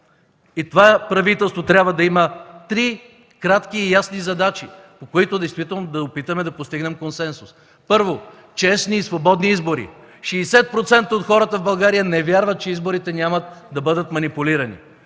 И това правителство трябва да има три кратки и ясни задачи, по които действително да опитаме да постигнем консенсус. Първо, честни и свободни избори. Шестдесет процента от хората в България не вярват, че изборите няма да бъдат манипулирани